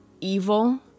evil